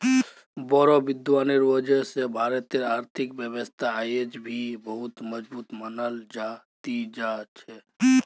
बोड़ो विद्वानेर वजह स भारतेर आर्थिक व्यवस्था अयेज भी बहुत मजबूत मनाल जा ती जा छ